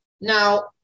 Now